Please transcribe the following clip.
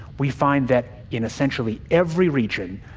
we find that, in essentially every region,